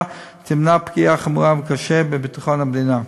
תמנע פגיעה חמורה וקשה בביטחון המדינה.